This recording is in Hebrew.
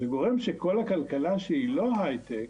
זה גורם לזה שכל הכלכלה שהיא לא הייטק,